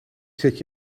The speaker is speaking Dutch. zet